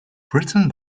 written